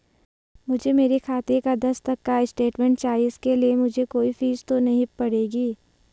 मुझे मेरे खाते का दस तक का स्टेटमेंट चाहिए इसके लिए मुझे कोई फीस तो नहीं पड़ेगी?